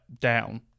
down